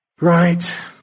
Right